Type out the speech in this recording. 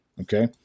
Okay